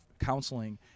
counseling